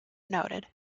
noted